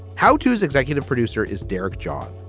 how tos executive producer is derek john.